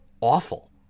awful